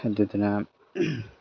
ꯑꯗꯨꯗꯨꯅ